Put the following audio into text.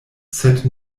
sed